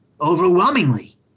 overwhelmingly